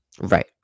right